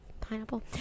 pineapple